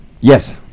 Yes